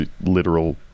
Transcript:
literal